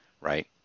Right